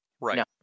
Right